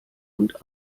und